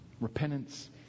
repentance